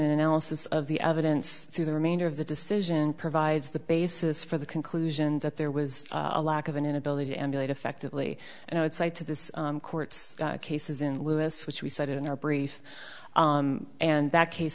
analysis of the evidence through the remainder of the decision provides the basis for the conclusion that there was a lack of an inability to emulate effectively and i would say to this court cases in lewis which we cited in our brief and that case